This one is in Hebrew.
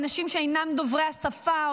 אנשים שאינם דוברי השפה,